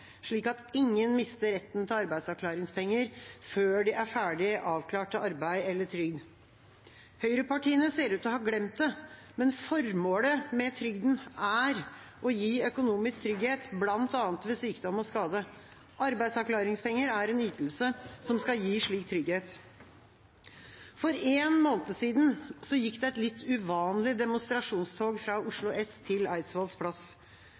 slik at ingen mister retten til arbeidsavklaringspenger før de er ferdig avklart til arbeid eller trygd. Høyrepartiene ser ut til å ha glemt det, men formålet med trygden er å gi økonomisk trygghet ved bl.a. sykdom og skade. Arbeidsavklaringspenger er en ytelse som skal gi slik trygghet. For en måned siden gikk det et litt uvanlig demonstrasjonstog fra Oslo S til Eidsvolls plass.